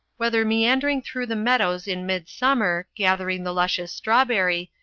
whether meandering through the meadows in midsummer, gathering the luscious strawberry,